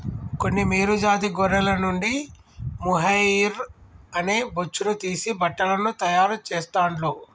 కొన్ని మేలు జాతి గొర్రెల నుండి మొహైయిర్ అనే బొచ్చును తీసి బట్టలను తాయారు చెస్తాండ్లు